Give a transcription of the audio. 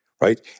Right